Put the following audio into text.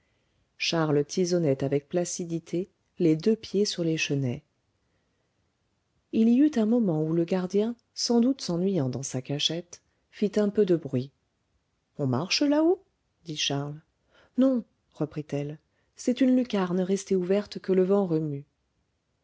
charles tisonnait avec placidité les deux pieds sur les chenets il y eut un moment où le gardien sans doute s'ennuyant dans sa cachette fit un peu de bruit on marche là-haut dit charles non reprit-elle c'est une lucarne restée ouverte que le vent remue